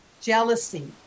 jealousy